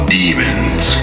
demons